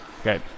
Okay